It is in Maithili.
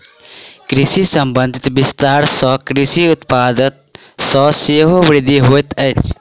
कृषि संबंधी विस्तार सॅ कृषि उत्पाद मे सेहो वृद्धि होइत अछि